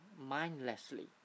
mindlessly